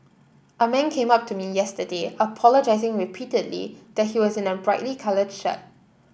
a man came up to me yesterday apologising repeatedly that he was in a brightly coloured shirt